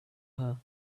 her